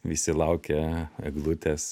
visi laukia eglutės